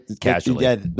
Casually